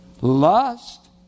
Lust